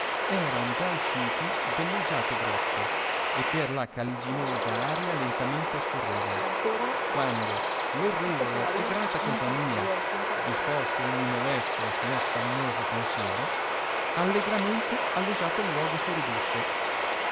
eran già usciti delle usate grotte per lo caliginoso aria lentamente scorrevano quando l orrevole e grata compagnia disposto ogni molesto e affannoso pensiero allegramente all'usato luogo si ridusse